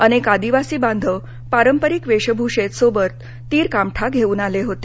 अनेक आदिवासी बांधव पारंपारीक वेशभूषेत सोबत तीर कामठा घेऊन आले होते